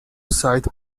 sight